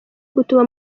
gutuma